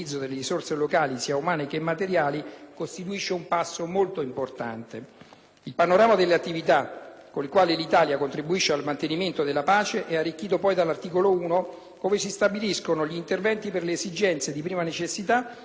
Il panorama delle attività con le quali l'Italia contribuisce al mantenimento della pace è arricchito poi dall'articolo 1, ove si stabiliscono gli interventi per le esigenze di prima necessità, come il ripristino dei servizi essenziali, della popolazione locale di Libano, Afghanistan e Balcani.